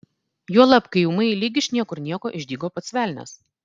juolab kai ūmai lyg iš niekur nieko išdygo pats velnias